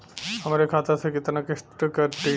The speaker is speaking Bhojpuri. हमरे खाता से कितना किस्त कटी?